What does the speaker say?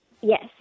Yes